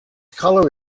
colour